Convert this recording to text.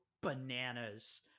bananas